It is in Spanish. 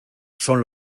son